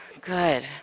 Good